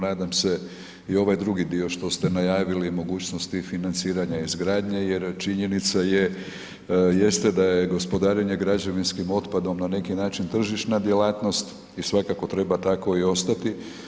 Nadam se i ovaj drugi dio što ste najavili mogućnosti financiranja izgradnje, jer činjenica jeste da je gospodarenje građevinskim otpadom na neki način tržišna djelatnost i svakako treba tako i ostati.